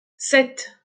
sept